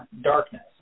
darkness